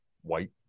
white